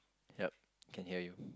yep can hear you